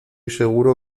seguro